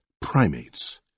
primates